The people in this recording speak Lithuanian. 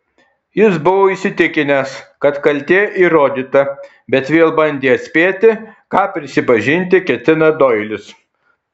jis buvo įsitikinęs kad kaltė įrodyta bet vėl bandė atspėti ką prisipažinti ketina doilis